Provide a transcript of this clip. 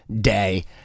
day